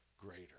greater